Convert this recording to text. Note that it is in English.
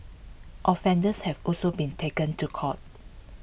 offenders have also been taken to court